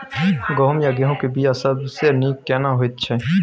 गहूम या गेहूं के बिया सबसे नीक केना होयत छै?